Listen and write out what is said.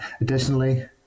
Additionally